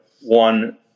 one